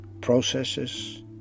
processes